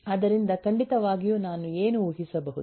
ಆದ್ದರಿಂದ ಖಂಡಿತವಾಗಿಯೂ ನಾನು ಏನು ಊಹಿಸಬಹುದು